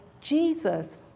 Jesus